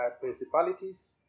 principalities